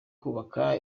kubaka